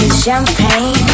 Champagne